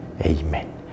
Amen